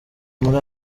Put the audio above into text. muri